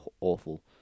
awful